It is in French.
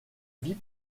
vie